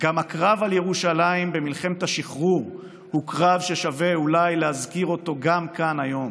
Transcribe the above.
גם הקרב על ירושלים במלחמת השחרור הוא אולי קרב ששווה להזכיר כאן היום.